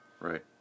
right